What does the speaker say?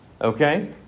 Okay